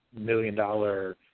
million-dollar